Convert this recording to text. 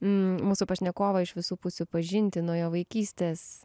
mūsų pašnekovą iš visų pusių pažinti nuo jo vaikystės